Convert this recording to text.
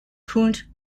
knut